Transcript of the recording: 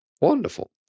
Wonderful